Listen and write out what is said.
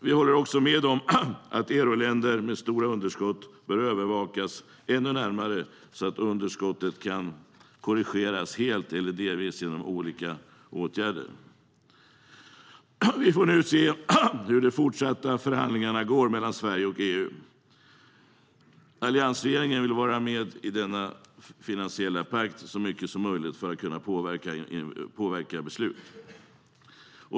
Vi håller också med om att euroländer med stora underskott bör övervakas ännu närmare så att underskottet kan korrigeras helt eller delvis genom olika åtgärder. Vi får nu se hur de fortsatta förhandlingarna mellan Sverige och EU går. Alliansregeringen vill vara med i denna finansiella pakt så mycket som möjligt för att kunna påverka beslut.